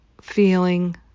feeling